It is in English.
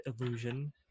illusion